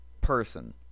person